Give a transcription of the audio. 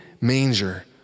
manger